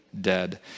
dead